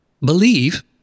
believe